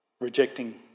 Rejecting